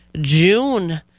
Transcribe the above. June